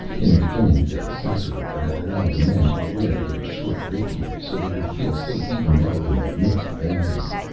in the beginning, the ssassaror had allowed the men to wear their short rapiers, so they would feel safe even though in the midst of aliens.